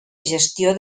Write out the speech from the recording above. gestió